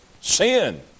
sin